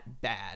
bad